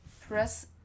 press